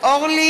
(קוראת